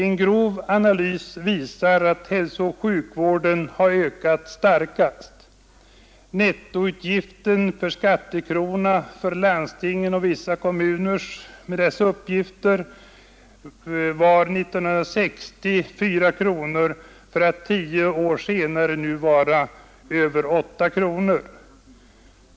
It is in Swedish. En grov analys visar att hälsooch sjukvården har ökat starkast. Nettoutgiften per skattekrona var för landstingen och vissa kommuner med dessa uppgifter 4 kronor år 1960 för att tio år senare vara över 8 kronor.